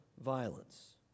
violence